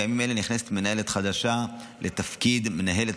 בימים אלה נכנסת מנהלת חדשה לתפקיד מנהלת